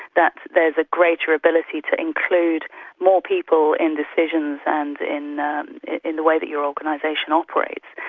that there is a greater ability to include more people in decisions and in in the way that your organisation operates,